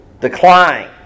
decline